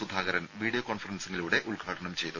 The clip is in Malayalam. സുധാകരൻ വീഡിയോ കോൺഫറൻസിലൂടെ ഉദ്ഘാടനം ചെയ്തു